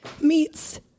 meets